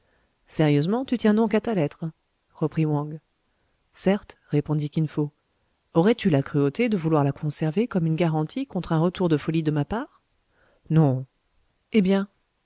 sérieusement tu tiens donc à ta lettre reprit wang certes répondit kin fo aurais-tu la cruauté de vouloir la conserver comme une garantie contre un retour de folie de ma part non eh bien